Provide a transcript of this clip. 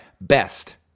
Best